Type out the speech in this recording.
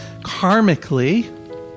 Karmically